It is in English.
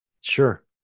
Sure